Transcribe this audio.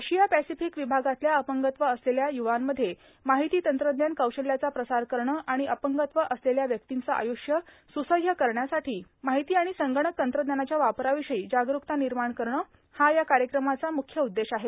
आशिया Pacific विभागातल्या अपंगत्व असलेल्या य्वांमध्ये माहिती तंत्रज्ञान कौशल्याचा प्रसार करणे आणि अपंगत्व असलेल्या व्यक्तींचे आय्ष स्सह्य करण्यासाठी माहिती आणि संगणक तंत्रज्ञानाच्या वापराविषयी जागरुकता निर्माण करणे हा या कार्यक्रमाचा म्ख्य उद्देश आहे